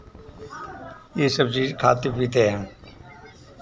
ये सब चीज़ खाते पीते हैं